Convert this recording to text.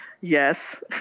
Yes